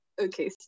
okay